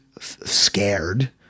scared